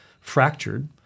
fractured